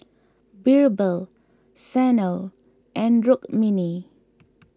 Birbal Sanal and Rukmini